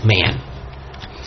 man